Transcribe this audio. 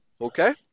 Okay